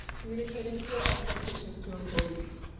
communicating clear expectations to employees.